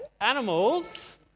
animals